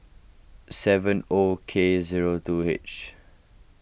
seven O K zero two H